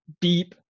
deep